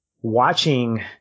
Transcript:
watching